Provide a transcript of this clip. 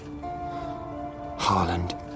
Harland